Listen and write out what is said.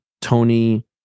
Tony